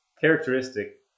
characteristic